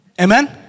Amen